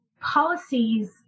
policies